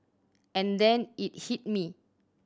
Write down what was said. and then it hit me